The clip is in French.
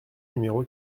numéro